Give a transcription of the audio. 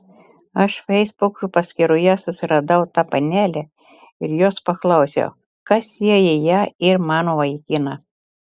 aš feisbuko paskyroje susiradau tą panelę ir jos paklausiau kas sieja ją ir mano vaikiną